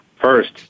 First